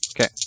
okay